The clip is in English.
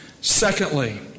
Secondly